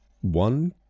one